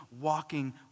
walking